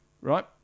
Right